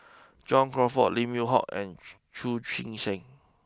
John Crawfurd Lim Yew Hock and Chu Chee Seng